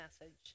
message